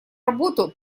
работу